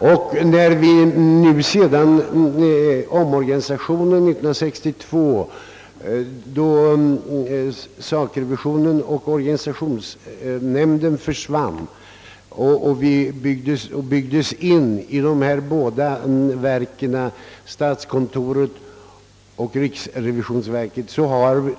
Efter omorganisationen år 1962, då sakrevi: sionen och organisationsnämnden försvann genom att byggas in i de båda verken statskontoret och riksrevisionsverket, har